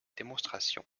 démonstration